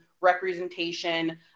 representation